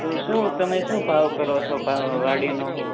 તો શું તમે શું ભાવ કરો છો ભાવ આ વાડીનો